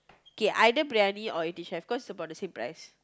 K either briyani or Eighteen-Chefs cause about the same price